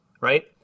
right